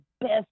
best